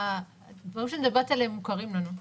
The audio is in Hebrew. הדברים שאת מדברת עליהם מוכרים לנו.